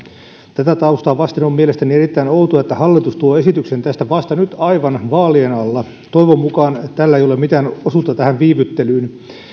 tätä taustaa vasten on on mielestäni erittäin outoa että hallitus tuo esityksen tästä vasta nyt aivan vaalien alla toivon mukaan tällä ei ole mitään osuutta tähän viivyttelyyn